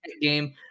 game